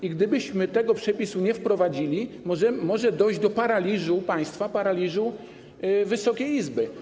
I gdybyśmy tego przepisu nie wprowadzili, może dojść do paraliżu państwa, paraliżu Wysokiej Izby.